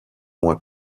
moins